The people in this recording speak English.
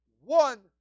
one